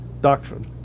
doctrine